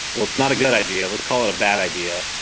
well, it's not a good idea. let's call it a bad idea